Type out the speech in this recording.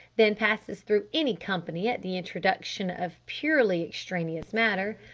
than passes through any company at the introduction of purely extraneous matter.